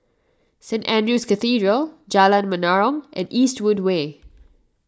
Saint andrew's Cathedral Jalan Menarong and Eastwood Way